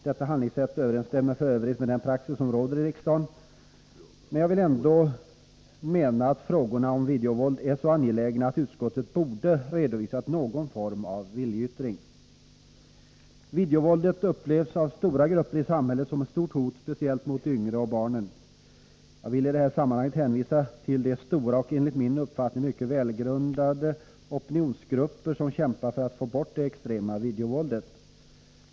Detta handlingssätt överensstämmer f. ö. med den praxis som råder i riksdagen, men jag menar ändå att frågorna om videovåld är så angelägna att utskottet borde ha redovisat någon form av viljeyttring. Videovåldet upplevs av stora grupper i samhället som ett stort hot, speciellt mot de yngre och barnen. Jag vill i detta sammanhang hänvisa till de stora och enligt min uppfattning mycket välgrundade opinionsgrupper som kämpar för att få bort det extrema videovåldet.